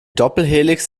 doppelhelix